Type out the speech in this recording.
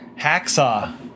Hacksaw